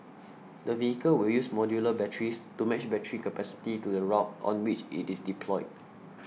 the vehicle will use modular batteries to match battery capacity to the route on which it is deployed